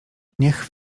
niech